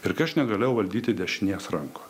ir kai aš negalėjau valdyti dešinės rankos